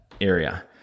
area